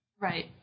Right